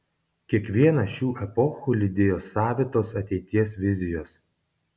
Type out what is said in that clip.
kiekvieną šių epochų lydėjo savitos ateities vizijos